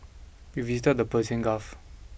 we visited the Persian Gulf